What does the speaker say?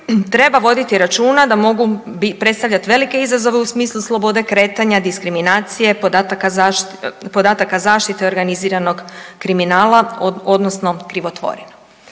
treba voditi računa da mogu predstavljati velike izazove u smislu slobode kretanja, diskriminacije, podataka zaštite, organiziranog kriminala, odnosno krivotvorina.